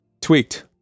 tweaked